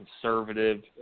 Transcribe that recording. conservative